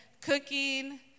cooking